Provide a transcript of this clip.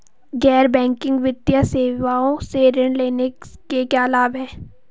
गैर बैंकिंग वित्तीय सेवाओं से ऋण लेने के क्या लाभ हैं?